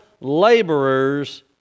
laborers